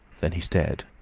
then he stared.